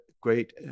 great